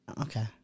Okay